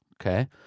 okay